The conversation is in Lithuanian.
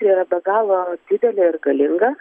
tai yra be galo didelė ir galinga